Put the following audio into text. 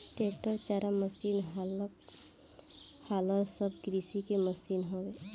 tractor, चारा machine, हालर सब कृषि के मशीन हवे